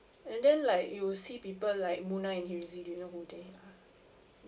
and then like you will see people like you know who they are